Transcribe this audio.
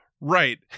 Right